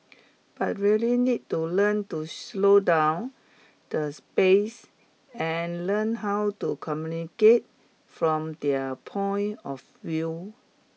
but really need to learn to slow down the space and learn how to communicate from their point of view